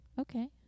Okay